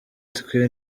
twe